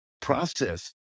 process